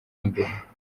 imbere